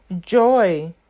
Joy